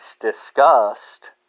discussed